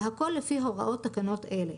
והכול לפי הוראות תקנות אלה.